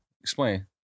Explain